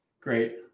Great